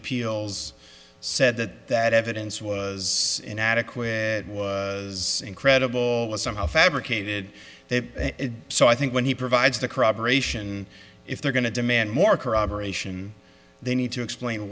appeals said that that evidence was inadequate it was incredible it somehow fabricated that so i think when he provides the corroboration if they're going to demand more corroboration they need to explain